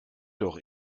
doch